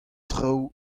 traoù